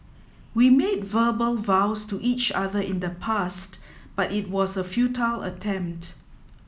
we made verbal vows to each other in the past but it was a futile attempt